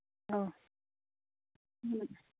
ꯑꯧ ꯎꯝ